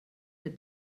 der